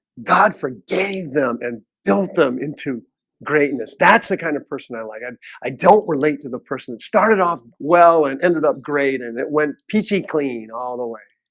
god forgave them and built them into greatness. that's the kind of person i like i'm i don't relate to the person that started off well and ended up great and it went peachy clean all the way.